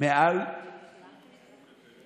מעל